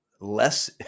less